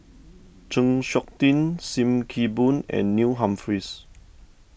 Chng Seok Tin Sim Kee Boon and Neil Humphreys